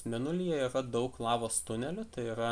mėnulyje yra daug lavos tunelių tai yra